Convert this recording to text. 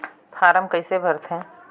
Form कइसे भरते?